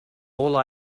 all